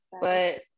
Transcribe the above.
But-